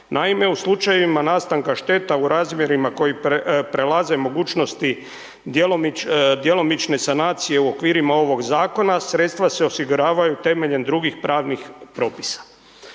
Naime, u slučajevima nastanka šteta u razmjerima koji prelaze mogućnosti djelomične sanacije u okvirima ovog zakona, sredstva se osiguravaju temeljem drugih pravnih propisa.